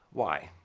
why?